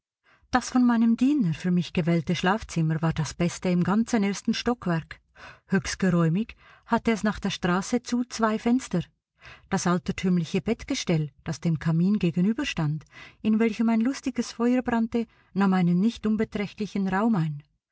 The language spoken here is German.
das von meinem diener für mich gewählte schlafzimmer war das beste im ganzen ersten stockwerk höchst geräumig hatte es nach der straße zu zwei fenster das altertümliche bettgestell das dem kamin gegenüberstand in welchem ein lustiges feuer brannte nahm einen nicht unbeträchtlichen raum ein